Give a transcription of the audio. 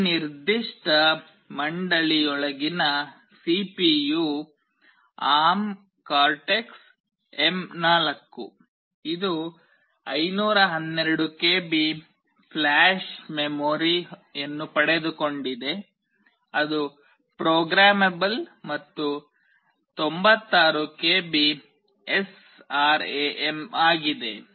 ಈ ನಿರ್ದಿಷ್ಟ ಮಂಡಳಿಯೊಳಗಿನ ಸಿಪಿಯು ARM ಕಾರ್ಟೆಕ್ಸ್ ಎಂ4 ಇದು 512 ಕೆಬಿ ಫ್ಲ್ಯಾಷ್ ಮೆಮೊರಿಯನ್ನು ಪಡೆದುಕೊಂಡಿದೆ ಅದು ಪ್ರೊಗ್ರಾಮೆಬಲ್ ಮತ್ತು 96 ಕೆಬಿ ಎಸ್ಆರ್ಎಎಂ ಆಗಿದೆ